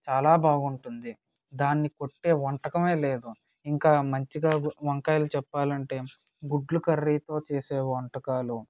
చాలా బాగంటుంది దాన్ని కొట్టే వంటకమే లేదు ఇంకా మంచిగా వంకాయలు చెప్పాలంటే గుడ్లు కర్రీతో చేసే వంటకాలు